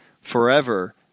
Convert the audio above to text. forever